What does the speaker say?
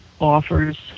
offers